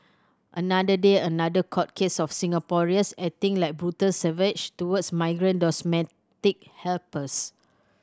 another day another court case of Singaporeans acting like brutal savage towards migrant domestic helpers